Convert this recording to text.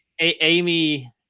Amy